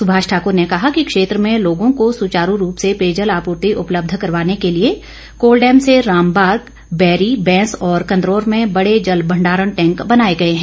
सुभाष ठाक्र ने कहा कि क्षेत्र में लोगों को सुचारू रूप से पेयजल आपूर्ति उपलब्ध करवाने के लिए कोलडैम से रामबाग बैरी बैंस और ॅक ंदरौर में बड़े जल भंडारण टैंक बनाए गए हैं